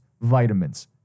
vitamins